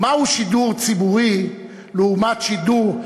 מהו שידור ציבורי לעומת שידור,